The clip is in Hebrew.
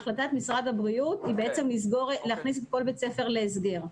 החלטת משרד הבריאות היא להכניס את כל בית הספר להסגר,